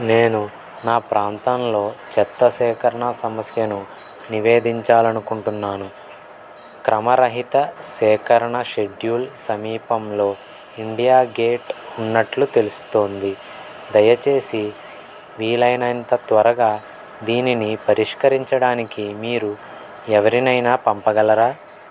నేను నా ప్రాంతంలో చెత్త సేకరణ సమస్యను నివేదించాలనుకుంటున్నాను క్రమరహిత సేకరణ షెడ్యూల్ సమీపంలో ఇండియా గేట్ ఉన్నట్లు తెలుస్తోంది దయచేసి వీలైనంత త్వరగా దీనిని పరిష్కరించడానికి మీరు ఎవరినైనా పంపగలరా